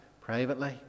privately